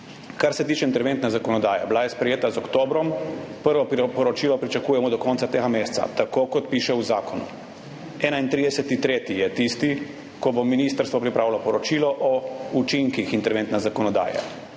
Kar se tiče interventne zakonodaje, sprejeta je bila z oktobrom, prvo priporočilo pričakujemo do konca tega meseca. Tako, kot piše v zakonu, 31. 3. je tisti [datum], ko bo ministrstvo pripravilo poročilo o učinkih interventne zakonodaje.